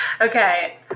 Okay